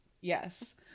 yes